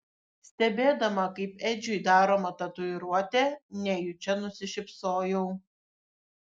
stebėdama kaip edžiui daroma tatuiruotė nejučia nusišypsojau